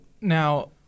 Now